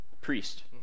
Priest